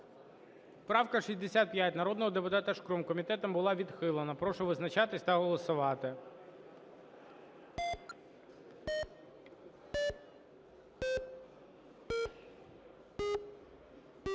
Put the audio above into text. правка народного депутата Шкрум комітетом була відхилена. Прошу визначатись та голосувати.